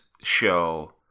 show